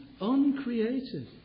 uncreated